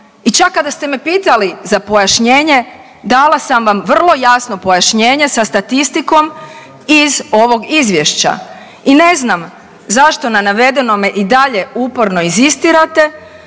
i čak kada ste me pitali za pojašnjenje dala sam vam vrlo jasno pojašnjenje sa statistikom iz ovog izvješća i ne znam zašto na navedenome i dalje uporno inzistirate